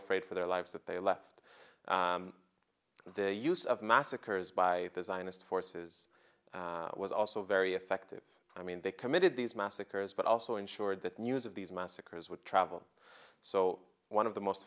afraid for their lives that they left the use of massacres by the zionist forces was also very effective i mean they committed these massacres but also ensured that news of these massacres would travel so one of the most